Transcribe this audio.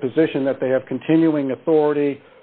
position that they have continuing authority